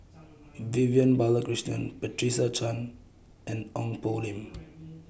Vivian Balakrishnan Patricia Chan and Ong Poh Lim